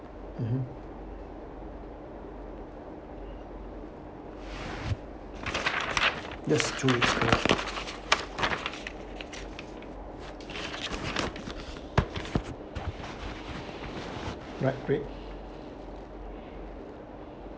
mmhmm yes two weeks correct right great